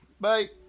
bye